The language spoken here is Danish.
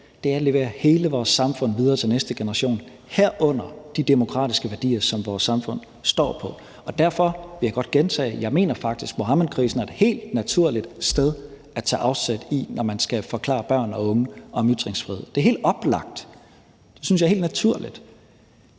er at levere hele vores samfund videre til næste generation, herunder de demokratiske værdier, som vores samfund står på. Derfor vil jeg godt gentage, at jeg faktisk mener, at Muhammedkrisen er et helt naturligt sted at tage afsæt i, når man skal forklare børn og unge om ytringsfrihed. Det er helt oplagt og helt naturligt.